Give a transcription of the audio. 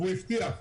והוא הבטיח,